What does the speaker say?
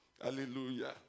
Hallelujah